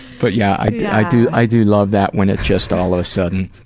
but yeah, i do i do love that when it's just all of a sudden.